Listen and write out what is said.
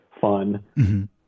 fun